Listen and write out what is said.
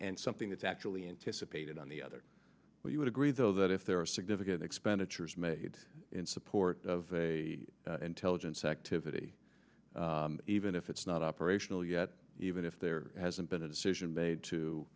and something that's actually anticipated on the other you would agree though that if there are significant expenditures made in support of intelligence activity even if it's not operational yet even if there hasn't been a decision made to